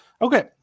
Okay